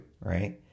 right